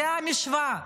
זו המשוואה.